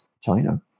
China